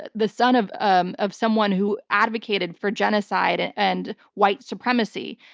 the son of um of someone who advocated for genocide and white supremacy.